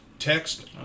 Text